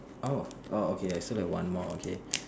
oh oh okay I still have one more okay